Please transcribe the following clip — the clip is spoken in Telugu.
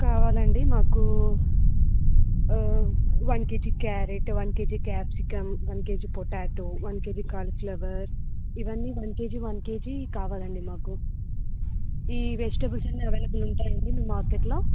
కావాలండి మాకు one KG carrot one KG capsicum one KG potato one KG cauliflower ఇవన్నీ వన్ కేజీ వన్ కేజీ కావాలండి మాకు ఈ వెజిటెబుల్స్ అన్నీ ఆవైలబుల్ ఉంటాయా అండి మీ మార్కెట్లో